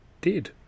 did